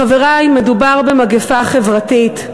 חברי, מדובר במגפה חברתית.